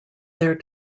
their